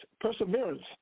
perseverance